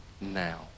now